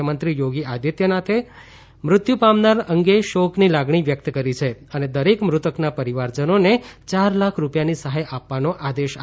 મુખ્યમંત્રી યોગી આદિત્યનાથે મૃત્યુ પામનાર અંગે શોકની લાગણી વ્યક્ત કરી છે અને દરેક મૃતકના પરિવારજનોને ચાર લાખ રૂપિયાની સહાય આપવાનો આદેશ આપ્યો છે